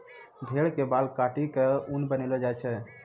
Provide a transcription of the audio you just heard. भेड़ के बाल काटी क ऊन बनैलो जाय छै